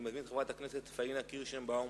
אני מזמין את חברת הכנסת פניה קירשנבאום